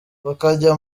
bakajya